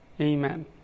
Amen